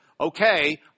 Okay